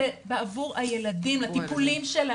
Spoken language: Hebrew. זה בעבור הילדים לטיפולים שלהם.